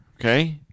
Okay